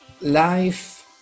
life